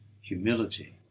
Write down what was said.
humility